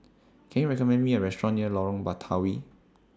Can YOU recommend Me A Restaurant near Lorong Batawi